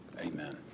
Amen